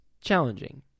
challenging